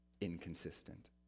inconsistent